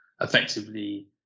effectively